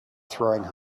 throwing